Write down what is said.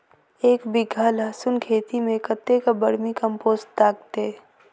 एक बीघा लहसून खेती मे कतेक बर्मी कम्पोस्ट लागतै?